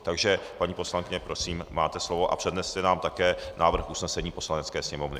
Takže paní poslankyně, prosím, máte slovo a předneste nám také návrh usnesení Poslanecké sněmovny.